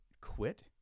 quit